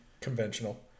conventional